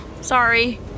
sorry